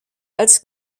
als